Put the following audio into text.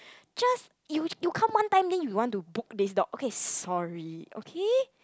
just you you come one time then you want to book this dog okay sorry okay